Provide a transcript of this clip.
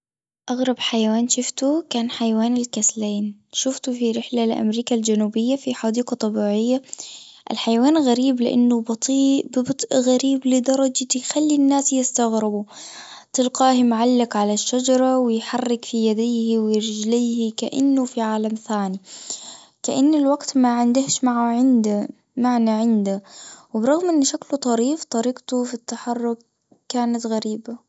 أغرب حيوان شفته كان حيوان الكسلان، شفته في رحلة لأمريكا الجنوبية في حديقة طبيعية، الحيوان غريب لإنه بطيء بطء غريب لدرجة يخلي الناس يستغربوا، تلقاه معلق على الشجرة ويحرك في يديه ورجليه كأنه في عالم ثاني كأن الوقت ما عندهش معنى عنده وبرغم إن شكله طريف طريقته في التحرك كانت غريبة.